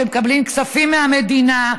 שמקבלים כספים מהמדינה,